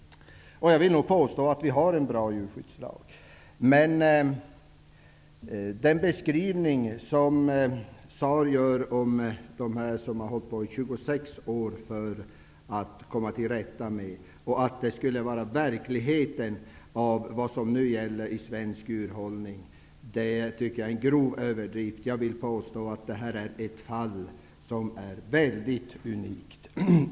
Jag vill nog påstå att vi har en bra djurskyddslag. Den beskrivning som Claus Zaar ger av dem som har hållit på i 26 år för att komma till rätta med problemen -- och hans påstående att det skulle vara verkligheten för vad som nu gäller i svensk djurhållning -- tycker jag är en grov överdrift. Detta är ett fall som är mycket unikt.